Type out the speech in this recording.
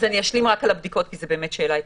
אני אשלים על הבדיקות כי זו שאלה עקרונית.